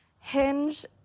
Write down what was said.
Hinge